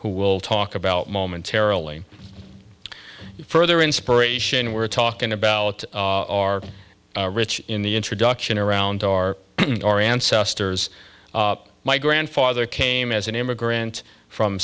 who will talk about momentarily further inspiration we're talking about our rich in the introduction around our ancestors my grandfather came as an immigrant from